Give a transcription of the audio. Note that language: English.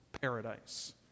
paradise